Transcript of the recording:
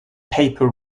paper